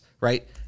right